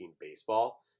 baseball